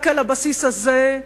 רק על הבסיס הזה,